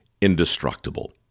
indestructible